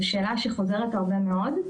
זו שאלה שחוזרת הרבה מאוד.